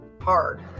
hard